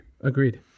Agreed